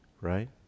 right